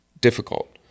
difficult